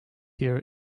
year